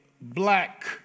black